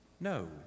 No